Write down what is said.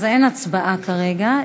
אז אין הצבעה כרגע,